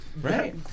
right